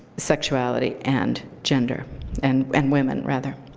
sexuality and gender and and women, rather.